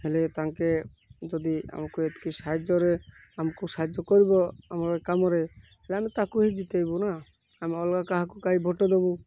ହେଲେ ତାଙ୍କେ ଯଦି ଆମକୁ ଏତିକି ସାହାଯ୍ୟରେ ଆମକୁ ସାହାଯ୍ୟ କରିବ ଆମର କାମରେ ହେଲେ ଆମେ ତାଙ୍କୁ ହିଁ ଜିିତେଇବୁ ନା ଆମେ ଅଲଗା କାହାକୁ କାହିଁ ଭୋଟ୍ ଦବୁ